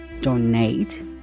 donate